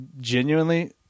genuinely